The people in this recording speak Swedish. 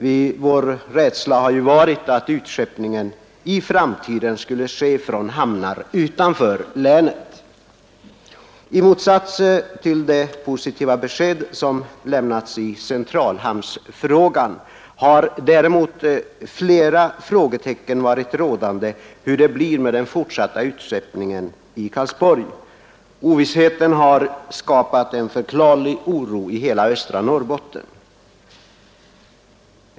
Vi har varit rädda för att utskeppningen i framtiden skulle ske från hamnar utanför länet. I centralhamnsfrågan har sålunda positiva besked lämnats. Däremot har oklarhet rått om hur det blir med den fortsatta utskeppningen i Karlsborg. Ovissheten har skapat en förklarlig oro i hela östra Norrbotten.